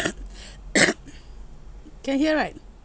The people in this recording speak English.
can hear right